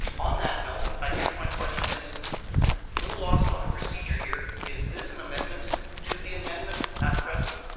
on that note, i guess my question is little lost on the procedure here. is this an amendment to the amendment at present?